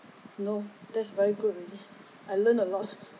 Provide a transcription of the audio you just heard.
no that's very good already I learned a lot